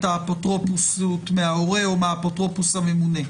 האפוטרופסות מההורה או מהאפוטרופוס הממונה.